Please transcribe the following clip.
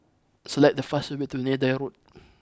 select the fastest way to Neythai Road